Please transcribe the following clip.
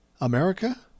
America